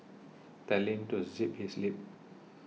tell him to zip his lip